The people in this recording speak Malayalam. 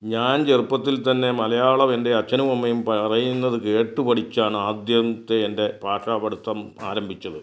ഞാൻ ചെറുപ്പത്തിൽ തന്നെ മലയാളം എൻ്റെ അച്ഛനും അമ്മയും പറയുന്നത് കേട്ട് പഠിച്ചാണ് ആദ്യത്തെ എൻ്റെ ഭാഷാപഠിത്തം ആരംഭിച്ചത്